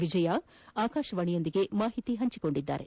ವಿಜಯಾ ಆಕಾಶವಾಣಿಯೊಂದಿಗೆ ಮಾಹಿತಿ ಹಂಚಿಕೊಂಡಿದ್ದಾರೆ